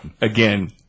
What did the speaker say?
Again